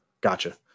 Gotcha